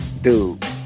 dude